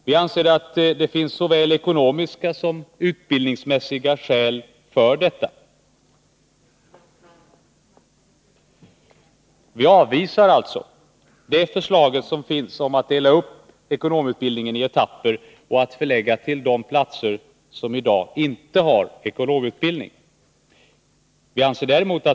Vi anser att såväl ekonomiska som utbildningsmässiga skäl talar för detta. Vi avvisar således förslaget om att dela upp ekonomutbildningen i etapper och att förlägga den till platser som i dag inte har ekonomutbildning.